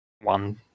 one